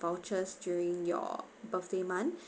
vouchers during your birthday month